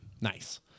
Nice